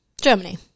Germany